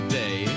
day